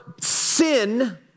sin